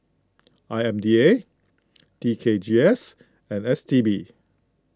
I M D A T K G S and S T B